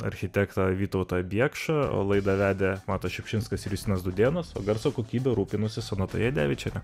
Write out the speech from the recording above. architektą vytautą biekšą o laidą vedė matas šiupšinskas ir justinas dūdėnas o garso kokybe rūpinosi sonata jadevičienė